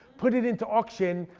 put it into auction,